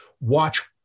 watch